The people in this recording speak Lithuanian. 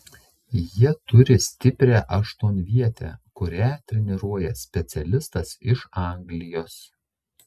jie turi stiprią aštuonvietę kurią treniruoja specialistas iš anglijos